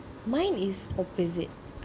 mine is opposite